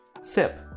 sip